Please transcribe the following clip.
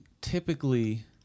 typically